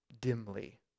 dimly